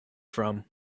from